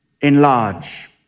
enlarge